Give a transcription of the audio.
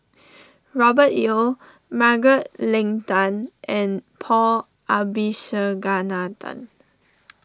Robert Yeo Margaret Leng Tan and Paul Abisheganaden